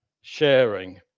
sharing